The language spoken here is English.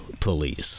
Police